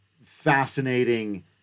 fascinating